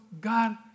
God